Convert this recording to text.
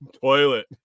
toilet